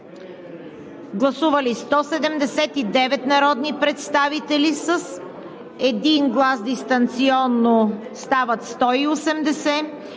Гласували 179 народни представители и един глас дистанционно – стават 180: